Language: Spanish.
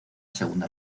segunda